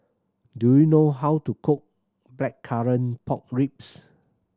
do you know how to cook Blackcurrant Pork Ribs